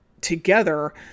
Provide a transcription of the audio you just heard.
together